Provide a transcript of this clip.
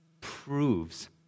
proves